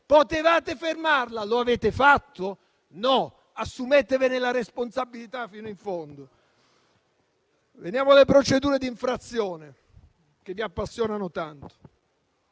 Potevate fermarla. Lo avete fatto? No. Assumetevene la responsabilità fino in fondo. Veniamo alle procedure di infrazione, che vi appassionano tanto.